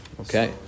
okay